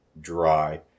dry